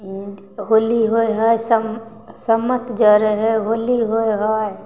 होली होइ हइ सम सम्मत जरै हइ होली होइ हइ